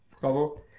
Bravo